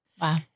Wow